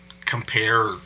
compare